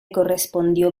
correspondió